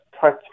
touch